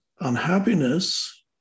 unhappiness